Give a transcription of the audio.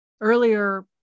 Earlier